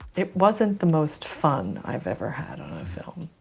it wasn't the most fun i've ever had on a film.